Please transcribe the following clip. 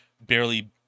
barely